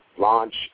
launch